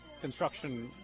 construction